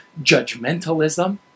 judgmentalism